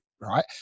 right